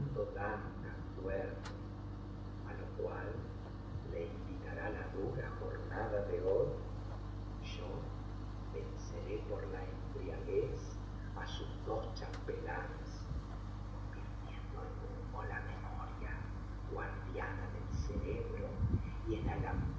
duerma á lo cual le invitará la dura jornada de hoy yo venceré por la embriaguez ásus dos chambelanes convirtiendo en humo la memoria guardiana del cerebro y